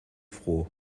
froh